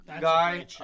guy